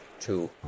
two